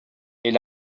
est